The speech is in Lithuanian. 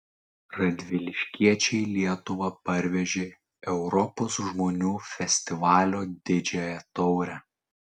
radviliškiečiai į lietuvą parvežė europos žmonių festivalio didžiąją taurę